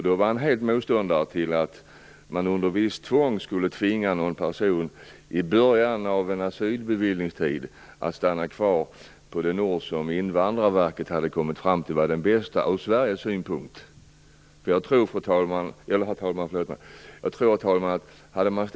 Då var han total motståndare till att tvinga någon person i början av en asylbeviljningstid att stanna kvar på den, som Invandrarverket hade kommit fram till, bästa orten från Sveriges synpunkt. Herr talman!